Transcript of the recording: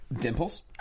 Dimples